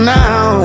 now